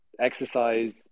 exercise